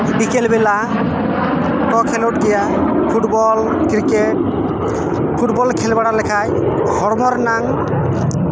ᱵᱤᱠᱮᱞ ᱵᱮᱞᱟ ᱠᱚ ᱠᱷᱮᱞᱳᱰ ᱜᱮᱭᱟ ᱯᱷᱩᱴᱵᱚᱞ ᱠᱤᱨᱠᱮᱴ ᱯᱷᱩᱴᱵᱚᱞ ᱠᱷᱮᱞ ᱵᱟᱲᱟ ᱞᱮᱠᱷᱟᱱ ᱦᱚᱲᱢᱚ ᱨᱮᱱᱟᱝ